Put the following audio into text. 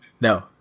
No